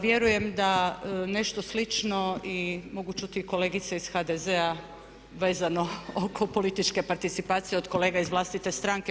Vjerujem da nešto slično i mogu čuti i kolegice iz HDZ-a vezano oko političke participacije od kolega iz vlastite stranke.